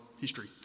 history